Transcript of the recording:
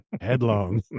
Headlong